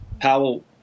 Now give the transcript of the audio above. Powell